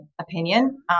opinion